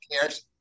cares